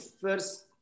first